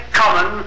common